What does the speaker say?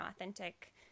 authentic